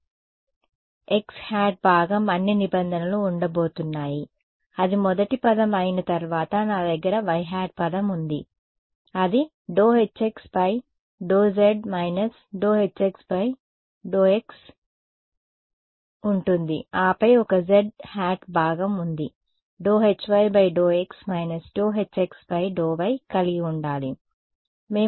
కాబట్టి xˆ భాగం అన్ని నిబంధనలు ఉండబోతున్నాయి అది మొదటి పదం అయిన తర్వాత నా దగ్గర yˆ పదం ఉంది అది ∂Hx∂z −∂Hz∂x ఉంటుంది ఆపై ఒక zˆ భాగం అది ∂Hy ∂x ∂Hx ∂y కలిగి ఉండాలి